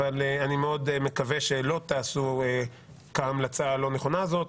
אבל אני מאוד מקווה שלא תעשו כהמלצה הלא-נכונה הזאת.